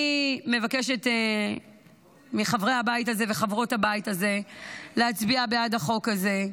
אני מבקשת מחברי הבית הזה וחברות הבית הזה להצביע בעד החוק הזה,